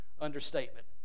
understatement